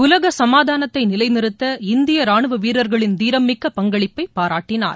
உலகசமாதானத்தைநிலைநிறுத்த இந்தியரானுவவீரர்களின் தீரம் மிக்க பங்களிப்பைபாராட்டினார்